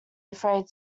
afraid